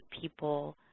people